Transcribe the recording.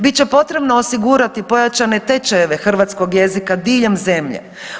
Bit će potrebno osigurati pojačane tečajeve hrvatskoga jezika diljem zemlje.